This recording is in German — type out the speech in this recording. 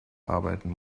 arbeiten